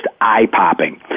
eye-popping